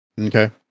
Okay